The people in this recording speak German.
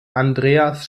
andreas